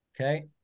Okay